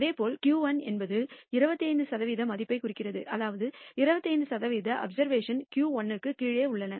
இதேபோல் Q1 என்பது 25 சதவீத மதிப்பைக் குறிக்கிறது அதாவது 25 சதவீத அப்சர்வேஷன்கள் Q1 க்குக் கீழே உள்ளன